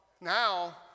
now